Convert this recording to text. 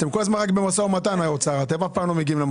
שאתם האוצר כל הזמן במשא ומתן ואתם אף פעם מגיעים למסקנות.